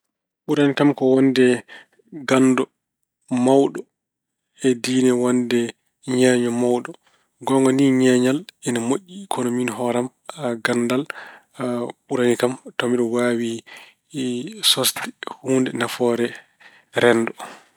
Ɓurani kam ko wonde ganndo mawɗo e diine wonde ñeeño mawɗo. Goonga ne ñeeñal ina moƴƴi kono miin hoore am ganndal ɓurani kam. Tawa mbeɗa waawi sosde huunde nafoore renndo.